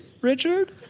Richard